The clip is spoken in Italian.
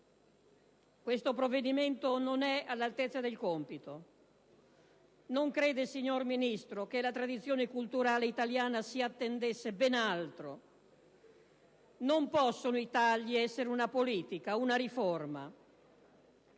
questo provvedimento non è all'altezza del compito. Non crede, signor Ministro, che la tradizione culturale italiana si attendesse ben altro? Non possono i tagli essere una politica, una riforma: